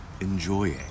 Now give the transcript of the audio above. enjoying